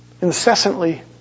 Incessantly